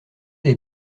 des